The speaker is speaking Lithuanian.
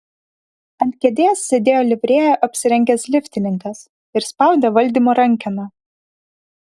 ant kėdės sėdėjo livrėja apsirengęs liftininkas ir spaudė valdymo rankeną